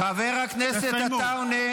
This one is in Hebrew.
תסיימו.